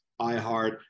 iHeart